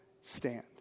stand